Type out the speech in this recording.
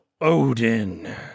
Odin